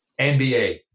NBA